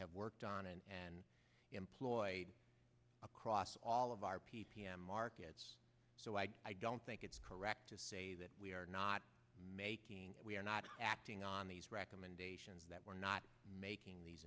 have worked on and and employed across all of our p p m markets so i i don't think it's correct to say that we are not making we are not acting on these recommendations that we're not making these